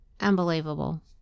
unbelievable